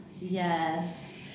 Yes